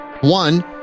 One